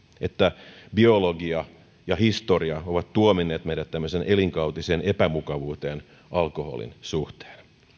että biologia ja historia ovat tuominneet meidät tämmöiseen elinkautiseen epämukavuuteen alkoholin suhteen